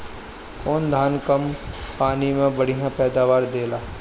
कौन धान कम पानी में बढ़या पैदावार देला?